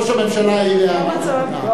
ראש הממשלה העיר הערה נכונה,